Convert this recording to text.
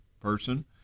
person